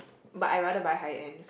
but I rather buy high end